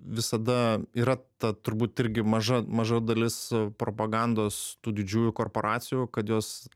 visada yra ta turbūt irgi maža maža dalis propagandos tų didžiųjų korporacijų kad jos